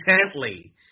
intently